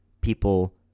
people